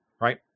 Right